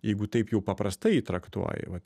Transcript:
jeigu taip jau paprastai traktuoji vat